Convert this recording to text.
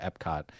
epcot